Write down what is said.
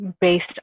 based